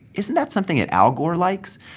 isn't that something that al gore likes?